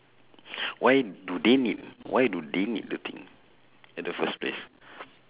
why do they need why do they need the thing in the first place